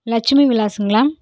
Lakshmi விலாஸுங்களா